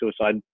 suicide